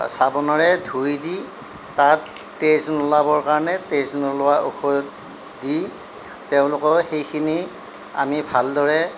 চাবোনৰে ধুই দি তাত তেজ নোলাবৰ কাৰণে তেজ নোলোৱা ঔষধ দি তেওঁলোকৰ সেইখিনি আমি ভালদৰে